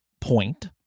point